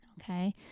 Okay